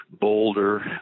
Boulder